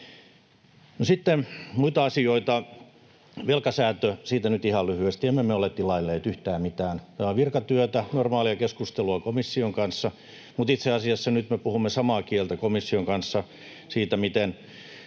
sitten muita asioita, ja velkasäännöstä nyt ihan lyhyesti: Emme me ole tilailleet yhtään mitään. Tämä on virkatyötä, normaalia keskustelua komission kanssa, mutta itse asiassa nyt me puhumme samaa kieltä komission kanssa siitä, miten